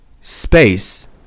space